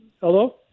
Hello